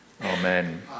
Amen